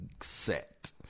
set